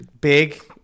big